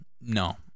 No